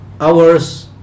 hours